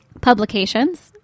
publications